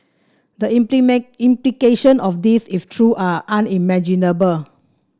the implication of this if true are unimaginable